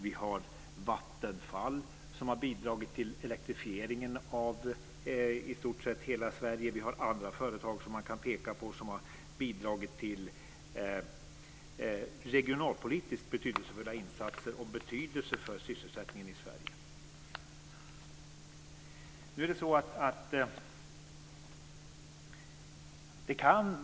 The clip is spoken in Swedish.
Vi har Vattenfall som har bidragit till elektrifieringen av i stort sett hela Sverige. Vi har också andra företag som man kan peka på och som har bidragit till regionalpolitiskt betydelsefulla insatser och insatser av betydelse för sysselsättningen i Sverige.